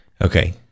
Okay